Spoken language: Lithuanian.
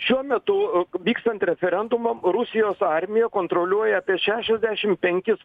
šiuo metu vykstant referendumam rusijos armija kontroliuoja apie šešiasdešim penkis